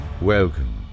Welcome